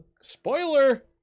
spoiler